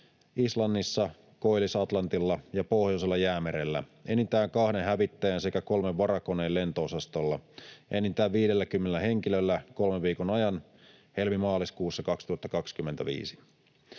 Islannissa, Koillis-Atlantilla ja Pohjoisella jäämerellä enintään kahden hävittäjän sekä kolmen varakoneen lento-osastolla ja enintään 50 henkilöllä kolmen viikon ajan helmi—maaliskuussa 2025.